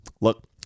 Look